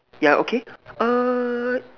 yeah okay uh